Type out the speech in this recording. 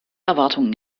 erwartungen